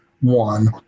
one